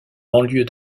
banlieue